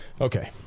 Okay